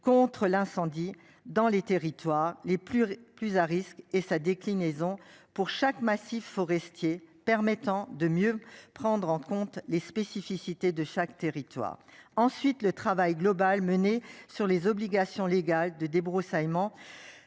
contre l'incendie dans les territoires les plus les plus à risque et sa déclinaison pour chaque massifs forestiers permettant de mieux prendre en compte les spécificités de chaque territoire ensuite le travail global menée sur les obligations légales de débroussaillement